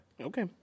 Okay